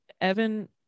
Evan